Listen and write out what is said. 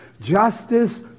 justice